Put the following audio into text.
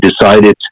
decided